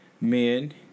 men